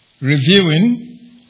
reviewing